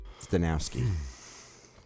Stanowski